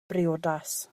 briodas